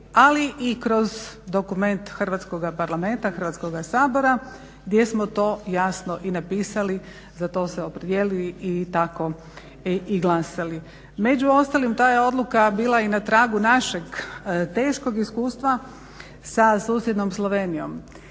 ali i kroz dokument Hrvatskoga parlamenta, Hrvatskoga sabora gdje smo to jasno i napisali, za to se opredijelili i tako i glasali. Među ostalim taj je odluka bila i na tragu našeg teškog iskustva sa susjednom Slovenijom.